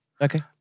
Okay